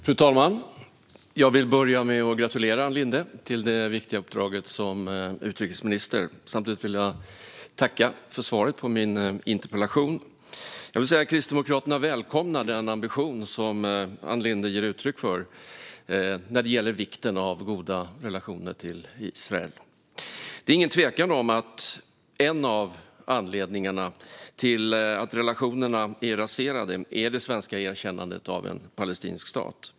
Fru talman! Jag vill börja med att gratulera Ann Linde till det viktiga uppdraget som utrikesminister. Samtidigt vill jag tacka för svaret på min interpellation. Kristdemokraterna välkomnar den ambition som Ann Linde ger uttryck för när det gäller vikten av goda relationer till Israel. Det råder inget tvivel om att en av anledningarna till att relationerna är raserade är det svenska erkännandet av en palestinsk stat.